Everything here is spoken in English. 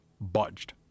budged